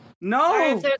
No